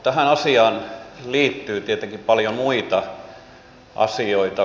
tähän asiaan liittyy tietenkin paljon muita asioita